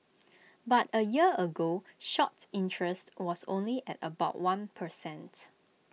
but A year ago shorts interest was only at about one per cents